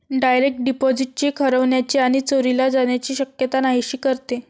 direct deposit cheque हरवण्याची आणि चोरीला जाण्याची शक्यता नाहीशी करते